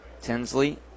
Tinsley